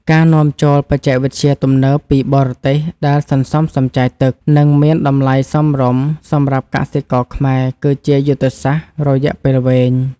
ការនាំចូលបច្ចេកវិទ្យាទំនើបពីបរទេសដែលសន្សំសំចៃទឹក និងមានតម្លៃសមរម្យសម្រាប់កសិករខ្មែរគឺជាយុទ្ធសាស្ត្ររយៈពេលវែង។